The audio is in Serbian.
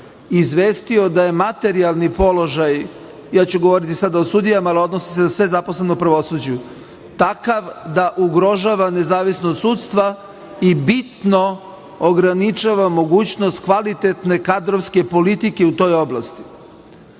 izvestio da je materijalni položaj, ja ću govoriti sada o sudijama ali odnosi se na sve zaposlene u pravosuđu, takav da ugrožava nezavisnost sudstva i bitno ograničava mogućnost kvalitetne kadrovske politike u toj oblasti. Problem